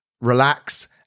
relax